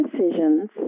decisions